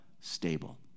stable